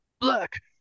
Black